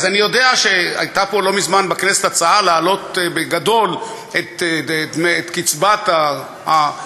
אני יודע שהייתה פה בכנסת לא מזמן הצעה להעלות בגדול את קצבת הזיקנה,